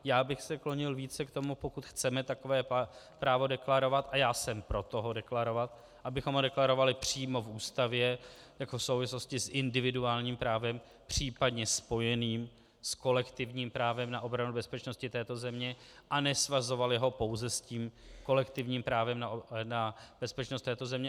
Já bych se klonil více k tomu, pokud chceme takové právo deklarovat, a já jsem pro to ho deklarovat, abychom ho deklarovali přímo v Ústavě jako v souvislosti s individuálním právem, případně spojeným s kolektivním právem na obranu bezpečnosti této země, a nesvazovali ho pouze s tím kolektivním právem na bezpečnost této země.